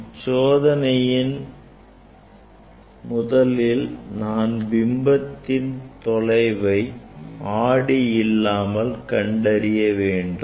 இந்த சோதனையில் முதலில் நான் பிம்பத்தின் தொலைவை ஆடி இல்லாமல் கண்டறிய வேண்டும்